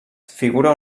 figura